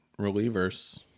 relievers